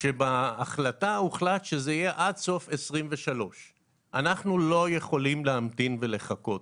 שבהחלטה הוחלט שזה יהיה עד סוף 2023. אנחנו לא יכולים להמתין ולחכות.